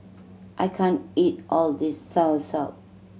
I can't eat all of this soursop